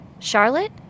Charlotte